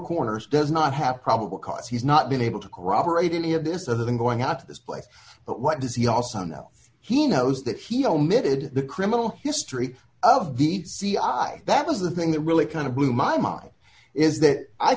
corners does not have probable cause he's not been able to corroborate any of this other than going out to this place but what does he also know he knows that he omitted the criminal history of the cia that was the thing that really kind of blew my mind is that i